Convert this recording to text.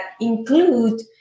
include